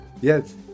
yes